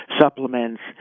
supplements